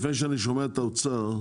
לפני שאני שומע את האוצר,